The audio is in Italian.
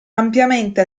ampiamente